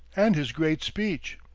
and his great speech.